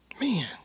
Man